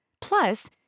Plus